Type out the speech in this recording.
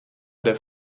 der